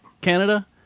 Canada